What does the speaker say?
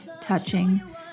touching